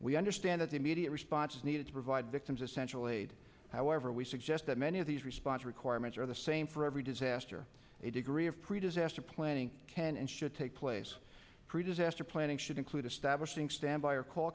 we understand that the immediate response is needed to provide victims essential aid however we suggest that many of these response requirements are the same for every disaster a degree of pre disaster planning can and should take place pre disaster planning should include establishing standby or call